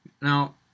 now